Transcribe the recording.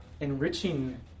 enriching